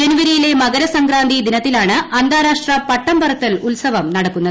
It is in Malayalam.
ജനുവരിയിലെ മകരസംക്രാന്തി ദിനത്തിലാണ് അന്താരാഷ്ട്ര പട്ടം പറത്തൽ ഉത്സവം നടക്കുന്നത്